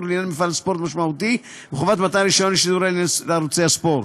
לעניין מפעל ספורט משמעותי וחובת מתן רישיון לשידור לעניין ערוץ ספורט.